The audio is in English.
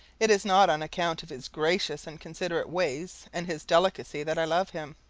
it is not on account of his gracious and considerate ways and his delicacy that i love him.